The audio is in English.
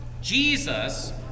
Jesus